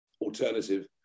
alternative